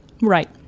Right